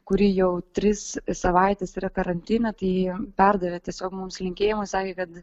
kuri jau tris savaites yra karantine tai ji perdavė tiesiog mums linkėjimus sakė kad